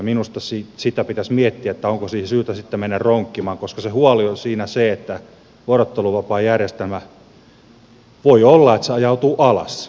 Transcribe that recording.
minusta sitä pitäisi miettiä onko siihen syytä sitten mennä ronkkimaan koska se huoli on siinä se että voi olla että vuorotteluvapaajärjestelmä ajautuu alas tällä uudistuksella